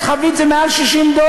חבית נפט, מעל 60 דולר.